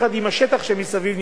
יחד עם השטח שמסביב,